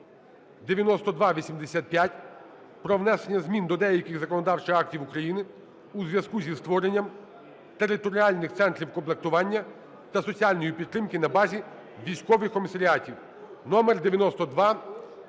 9285 про внесення змін до деяких законодавчих актів України у зв'язку зі створенням територіальних центрів комплектування та соціальної підтримки на базі військових комісаріатів